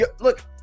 look